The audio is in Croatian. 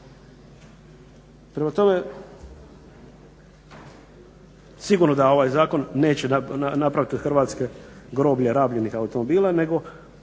godine. Sigurno da ovaj zakon neće napraviti od Hrvatske groblje rabljenih automobila nego